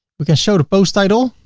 we can show the post title